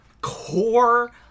core